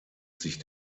sich